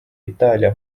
itaalia